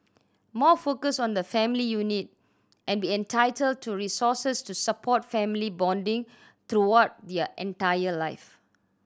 more focus on the family unit and be entitled to resources to support family bonding throughout their entire life